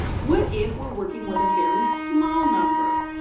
what if we're working with a very small number?